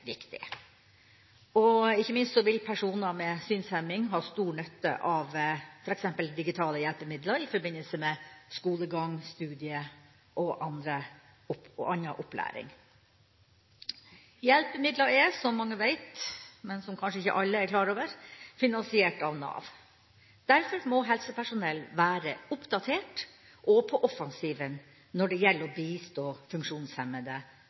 og ikke minst vil personer med synshemning ha stor nytte av f.eks. digitale hjelpemidler i forbindelse med skolegang, studier og annen opplæring. Hjelpemidler er, som mange veit, men som kanskje ikke alle er klar over, finansiert av Nav. Derfor må helsepersonell være oppdatert og på offensiven når det gjelder å bistå funksjonshemmede